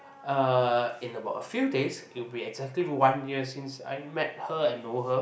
uh in about a few days it will be exactly one year since I met her and know her